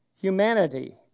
humanity